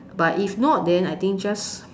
but if not then I think just